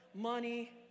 money